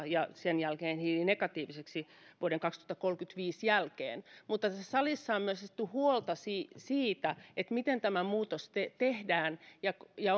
ja sen jälkeen hiilinegatiiviseksi vuoden kaksituhattakolmekymmentäviisi jälkeen mutta tässä salissa on myöskin esitetty huolta siitä miten tämä muutos tehdään ja ja